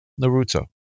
naruto